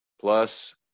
Plus